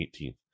18th